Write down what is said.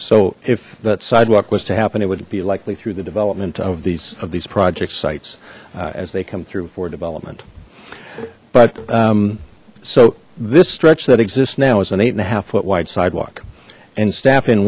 so if that sidewalk was to happen it would be likely through the development of these of these project sites as they come through for development but so this stretch that exists now is an eight and a half foot why sidewalk and staff in